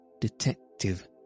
detective